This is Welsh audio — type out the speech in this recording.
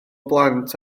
plant